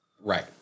Right